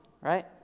right